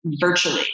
virtually